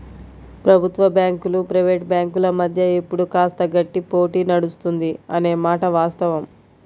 ప్రభుత్వ బ్యాంకులు ప్రైవేట్ బ్యాంకుల మధ్య ఇప్పుడు కాస్త గట్టి పోటీ నడుస్తుంది అనే మాట వాస్తవం